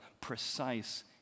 precise